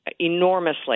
enormously